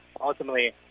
ultimately